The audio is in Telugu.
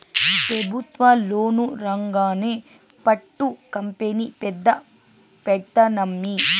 పెబుత్వ లోను రాంగానే పట్టు కంపెనీ పెద్ద పెడ్తానమ్మీ